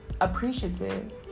appreciative